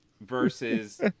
Versus